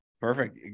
Perfect